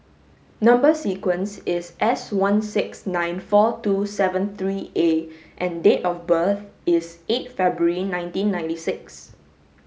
number sequence is S one six nine four two seven three A and date of birth is eight February nineteen ninety six